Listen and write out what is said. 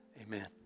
Amen